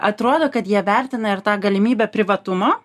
atrodo kad jie vertina ir tą galimybę privatumo